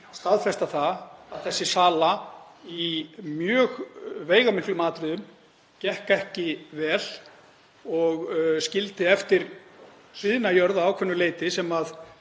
staðfesta það að þessi sala í mjög veigamiklum atriðum gekk ekki vel og skildi eftir sviðna jörð að ákveðnu leyti sem